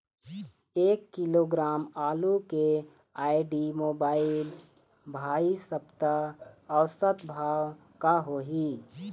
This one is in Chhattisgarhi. एक किलोग्राम आलू के आईडी, मोबाइल, भाई सप्ता औसत भाव का होही?